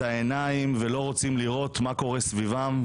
עוצמים את העיניים ולא רוצים לראות מה קורה סביבם.